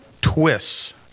twists